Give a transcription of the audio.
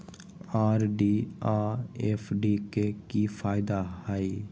RD आ FD के कि फायदा हई?